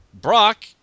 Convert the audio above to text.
Brock